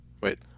Wait